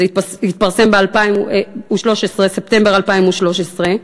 הוא התפרסם בספטמבר 2013,